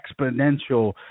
exponential